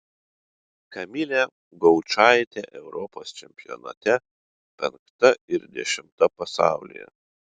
kamilė gaučaitė europos čempionate penkta ir dešimta pasaulyje